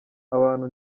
abantu